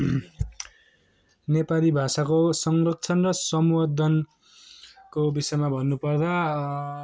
नेपाली भाषाको संरक्षन र सम्वर्द्धनको विषयमा भन्नु पर्दा